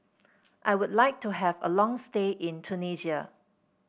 I would like to have a long stay in Tunisia